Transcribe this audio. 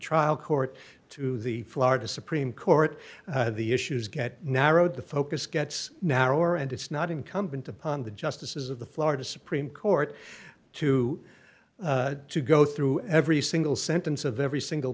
trial court to the florida supreme court the issues get narrowed the focus gets narrower and it's not incumbent upon the justices of the florida supreme court to go through every single sentence of every single